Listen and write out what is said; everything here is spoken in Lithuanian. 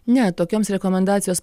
ne tokioms rekomendacijos